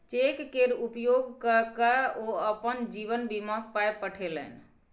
cheque केर उपयोग क कए ओ अपन जीवन बीमाक पाय पठेलनि